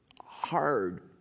hard